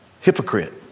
Hypocrite